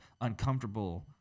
uncomfortable